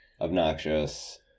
obnoxious